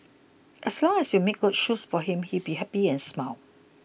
as long as you made good shoes for him he'd be happy and smile